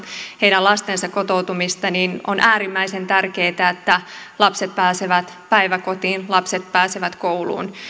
heidän lastensa kotoutumista niin on äärimmäisen tärkeätä että lapset pääsevät päiväkotiin lapset pääsevät kouluun